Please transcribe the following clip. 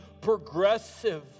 progressive